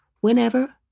Whenever